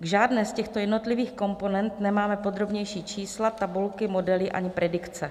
K žádné z těchto jednotlivých komponent nemáme podrobnější čísla, tabulky, modely ani predikce.